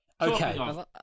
Okay